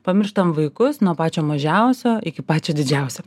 pamirštam vaikus nuo pačio mažiausio iki pačio didžiausio